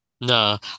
No